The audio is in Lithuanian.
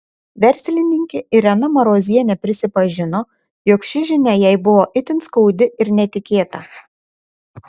verslininkė irena marozienė prisipažino jog ši žinia jai buvo itin skaudi ir netikėta